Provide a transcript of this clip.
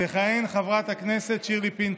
תכהן חברת הכנסת שירלי פינטו,